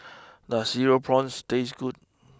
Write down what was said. does Cereal Prawns taste good